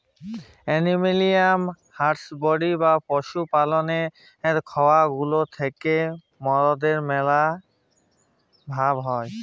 animal husbandry বা পশু পাললের খামার গুলা থ্যাকে মরদের ম্যালা ভাল হ্যয়